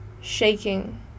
shaking